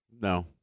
No